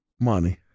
money